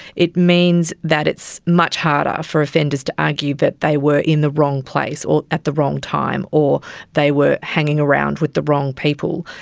it means that it's much harder for offenders to argue that they were in the wrong place at the wrong time or they were hanging around with the wrong people.